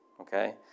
okay